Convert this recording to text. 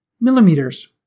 millimeters